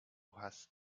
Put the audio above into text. hast